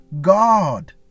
God